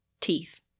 teeth